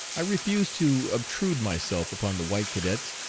i refused to obtrude myself upon the white cadets,